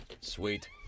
Sweet